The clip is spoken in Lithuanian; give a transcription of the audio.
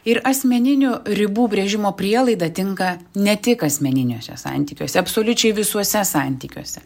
ir asmeninių ribų brėžimo prielaida tinka ne tik asmeniniuose santykiuose absoliučiai visuose santykiuose